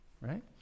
Right